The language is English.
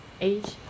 age